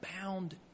bound